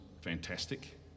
fantastic